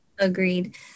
Agreed